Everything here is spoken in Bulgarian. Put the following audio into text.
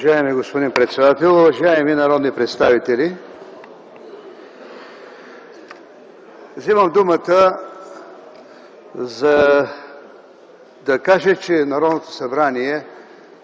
Уважаеми господин председател, уважаеми народни представители! Вземам думата, за кажа, че Народното събрание